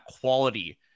quality